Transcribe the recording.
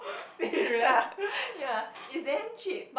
ya ya is damn cheap